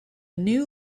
new